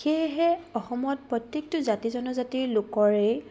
সেয়েহে অসমত প্ৰত্যেকটো জাতি জনজাতিৰ লোকৰেই